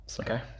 okay